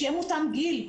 שיהיה מותאם גיל,